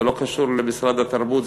זה לא קשור למשרד התרבות,